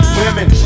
women